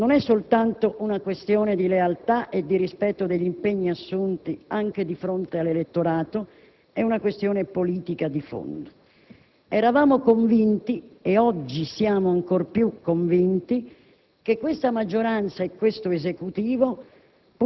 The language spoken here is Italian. Non è soltanto una questione di lealtà e di rispetto degli impegni assunti, anche di fronte all'elettorato, è una questione politica di fondo. Eravamo convinti, e oggi siamo ancor più convinti, che questa maggioranza e questo Esecutivo,